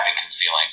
concealing